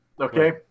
Okay